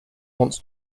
wants